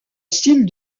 style